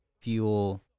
Fuel